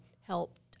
helped